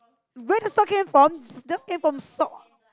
where the salt came from just came from salt